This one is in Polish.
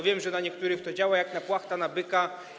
Wiem, że na niektórych to działa jak płachta na byka.